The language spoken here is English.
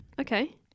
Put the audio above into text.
Okay